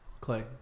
Clay